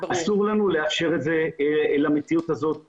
אסור לנו לאפשר למציאות הזאת לקרות.